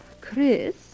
Chris